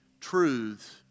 truths